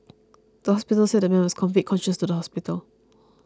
the police said the man was conveyed conscious to hospital